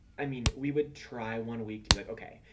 i mean, we would try one week to be, like, ok.